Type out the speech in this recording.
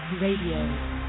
Radio